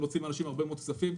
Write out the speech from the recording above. להוציא מאנשים הרבה מאוד כסף.